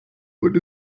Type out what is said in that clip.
und